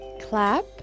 clap